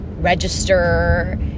register